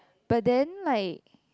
but then like